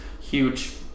huge